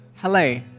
Hello